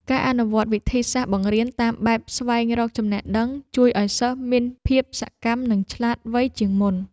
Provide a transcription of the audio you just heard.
ការអនុវត្តវិធីសាស្ត្របង្រៀនតាមបែបស្វែងរកចំណេះដឹងជួយឱ្យសិស្សមានភាពសកម្មនិងឆ្លាតវៃជាងមុន។